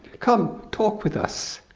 come talk with us.